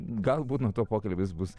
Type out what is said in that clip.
galbūt nuo to pokalbis bus